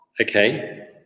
okay